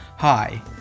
Hi